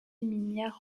minière